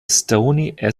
stony